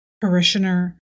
parishioner